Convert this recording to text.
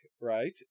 right